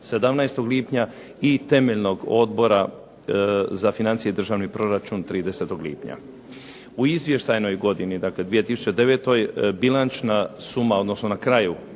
17. lipnja, i temeljnog Odbora za financije i državni proračun 30. lipnja. U Izvještajnoj godini dakle 2009. bilančna suma odnosno na kraju